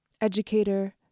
educator